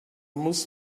muss